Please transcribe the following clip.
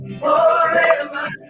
forever